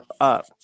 up